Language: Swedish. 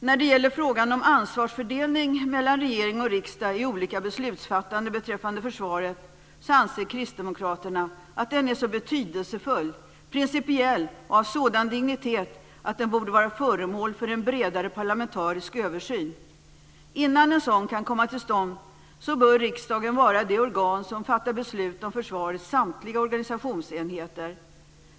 När det gäller frågan om ansvarsfördelning mellan regering och riksdag i olika beslutsfattanden beträffande försvaret anser kristdemokraterna att den är så betydelsefull och principiell samt av sådan dignitet att den borde vara föremål för en bredare parlamentarisk översyn. Innan en sådan kan komma till stånd bör riksdagen vara det organ som fattar beslut om försvarets samtliga organisationsenheter.